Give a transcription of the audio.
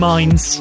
Minds